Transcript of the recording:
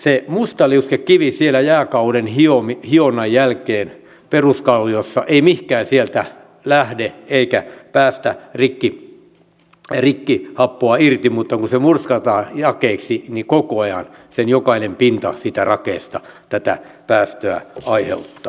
se mustaliuskekivi siellä jääkauden hionnan jälkeen peruskalliossa ei mihinkään sieltä lähde eikä päästä rikkihappoa irti mutta kun se murskataan jakeiksi niin koko ajan sen jokainen pinta siitä rakeesta tätä päästöä aiheuttaa